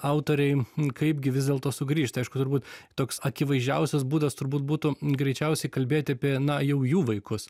autorei kaipgi vis dėlto sugrįžt aišku turbūt toks akivaizdžiausias būdas turbūt būtų greičiausiai kalbėti apie na jau jų vaikus